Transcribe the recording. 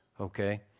Okay